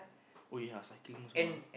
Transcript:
oh ya cycling also ah